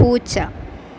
പൂച്ച